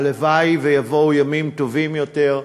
הלוואי שיבואו ימים טובים יותר,